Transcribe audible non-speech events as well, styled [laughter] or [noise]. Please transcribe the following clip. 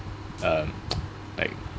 uh [noise] like